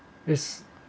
it's